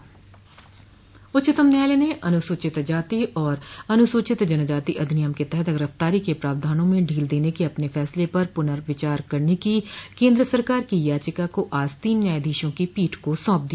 उच्चतम न्यायालय ने अनुसूचित जाति और अनुसूचित जनजाति अधिनियम के तहत गिरफ्तारी के प्रावधानों में ढील देने के अपने फैसले पर पुनर्विचार करने की केन्द्र सरकार की याचिका को आज तीन न्यायाधीशों की पीठ को सौंप दिया